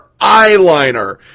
eyeliner